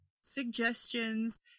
suggestions